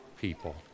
people